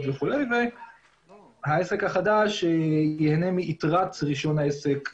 וכו' והעסק החדש ייהנה מיתרת רישיון העסק הקודם.